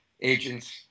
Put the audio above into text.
agents